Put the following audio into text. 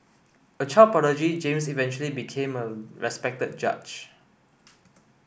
a child prodigy James eventually became a respected judge